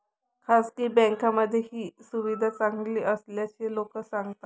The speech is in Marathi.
खासगी बँकांमध्ये ही सुविधा चांगली असल्याचे लोक सांगतात